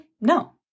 No